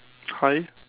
high